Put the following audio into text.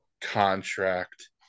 contract